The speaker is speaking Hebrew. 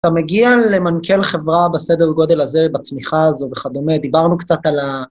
אתה מגיע למנכל חברה בסדר גודל הזה, בצמיחה הזו וכדומה, דיברנו קצת על ה...